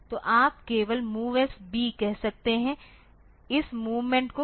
तो आप केवल MOVS B कह सकते हैं इस मूवमेंट को करने के लिए